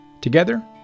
together